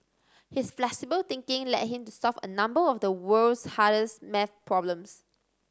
his flexible thinking led him to solve a number of the world's hardest math problems